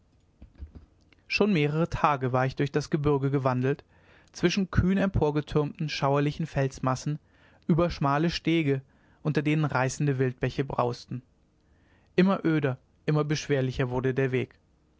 schon mehrere tage war ich durch das gebürge gewandelt zwischen kühn emporgetürmten schauerlichen felsenmassen über schmale stege unter denen reißende waldbäche brausten immer öder immer beschwerlicher wurde der weg